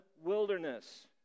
wilderness